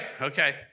Okay